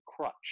crutch